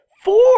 Four